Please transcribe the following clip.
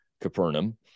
Capernaum